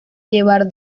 llevar